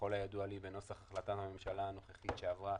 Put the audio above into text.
ככל הידוע לי בנוסח החלטת הממשלה הנוכחית שעברה,